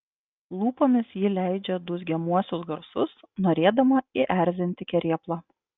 lūpomis ji leidžia dūzgiamuosius garsus norėdama įerzinti kerėplą